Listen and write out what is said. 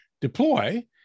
deploy